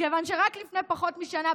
מכיוון שרק לפני פחות משנה,